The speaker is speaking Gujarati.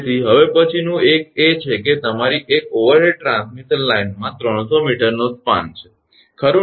તેથી હવે પછીનું એક એ છે કે તમારી એક ઓવરહેડ ટ્રાન્સમિશન લાઇનમાં 300 𝑚 નો સ્પાન છે ખરુ ને